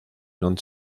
non